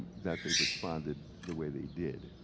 that they responded the way they did.